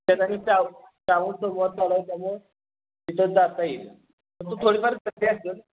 त्यात आणि श्रावण श्रावण सोमवार चालू आहे त्यामुळं तिथं जाता येईल तू थोडीफार असेल